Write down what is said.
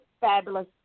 fabulous